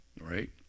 right